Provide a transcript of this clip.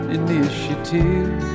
initiative